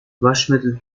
waschmittel